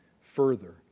further